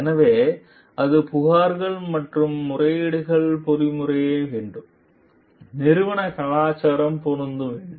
எனவே அது புகார்கள் மற்றும் முறையீடுகள் பொறிமுறையை வேண்டும் நிறுவன கலாச்சாரம் பொருந்தும் வேண்டும்